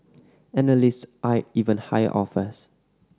analysts eyed even higher offers